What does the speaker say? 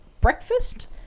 breakfast